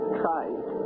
tried